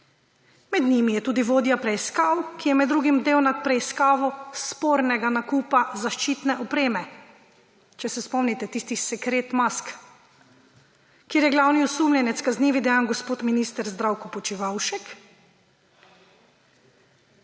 Med njimi je tudi vodja preiskav, ki je med drugim bdel nad preiskavo spornega nakupa zaščitne opreme, če se spomnite tistih sekret mask, kjer je glavni osumljenec kaznivih dejanj gospod minister Zdravko Počivalšek.